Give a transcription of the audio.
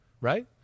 right